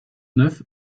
neuf